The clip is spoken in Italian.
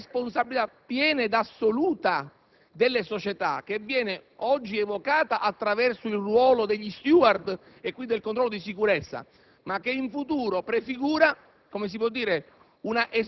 a una responsabilità piena e assoluta delle società oggi evocata attraverso il ruolo degli *steward*, quindi il controllo di sicurezza che per il futuro prefigura